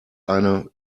eine